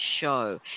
show